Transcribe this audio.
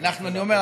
אני אומר,